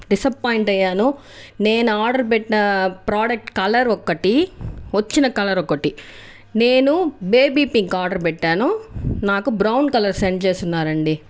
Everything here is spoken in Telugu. డిసప్పోయింట్ అయ్యాను నేను ఆర్డర్ పెట్టిన ప్రోడక్ట్ కలర్ ఒకటి వచ్చిన కలర్ ఒకటి నేను బేబీ పింక్ ఆర్డర్ పెట్టాను నాకు బ్రౌన్ కలర్ సెండ్ చేసి ఉన్నారు అండీ